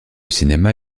cinéma